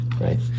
right